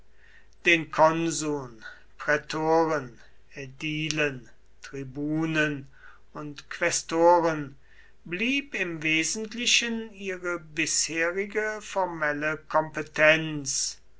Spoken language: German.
den konsuln prätoren ädilen tribunen und quästoren blieb im wesentlichen ihre bisherige formelle kompetenz